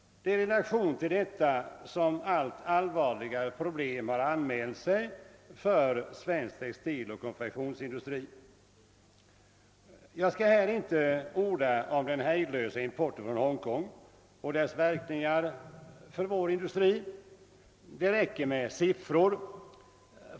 Det är i samband med detta som allt allvarligare problem har anmält sig för svensk textiloch konfektionsindustri. Jag skall inte orda om den hejdlösa importen från Hongkong och dess verkningar för vår industri, det räcker med siffror.